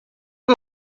que